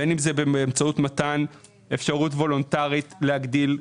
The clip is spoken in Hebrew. בין אם באמצעות מתן אפשרות וולונטרית להגדיל את ההפקדות.